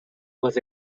was